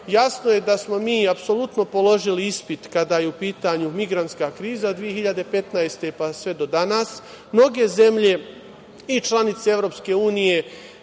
jasno je da smo mi apsolutno položili ispit kada je u pitanju migrantska kriza 2015. godine pa sve do danas. Mnoge zemlje, i članice EU, su